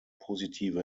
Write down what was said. positive